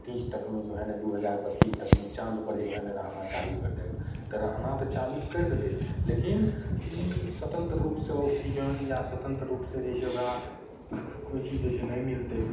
तीस तकमे जो है ने दू हजार बत्तीस तकमे चाँदपर जो है ने रहना चालू कर देगा तऽ रहना तऽ चालू करि देतय लेकिन ई स्वतंत्र रूपसँ ऑक्सीजन या स्वतन्त्र रूपसँ जे छै ओकरा कोइ चीज जे छै नहि मिलतय